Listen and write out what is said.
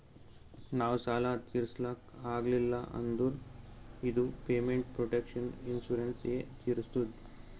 ನಾವ್ ಸಾಲ ತಿರುಸ್ಲಕ್ ಆಗಿಲ್ಲ ಅಂದುರ್ ಇದು ಪೇಮೆಂಟ್ ಪ್ರೊಟೆಕ್ಷನ್ ಇನ್ಸೂರೆನ್ಸ್ ಎ ತಿರುಸ್ತುದ್